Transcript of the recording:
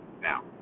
now